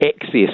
access